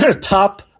top